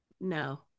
no